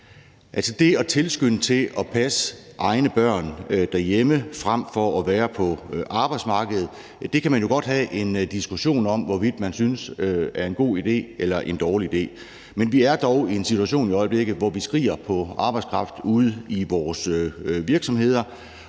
det at tilskynde til at passe egne børn derhjemme frem for at være på arbejdsmarkedet kan man jo godt have en diskussion om hvorvidt man synes er en god idé eller en dårlig idé, men vi er dog i en situation i øjeblikket, hvor vi skriger på arbejdskraft ude i vores virksomheder,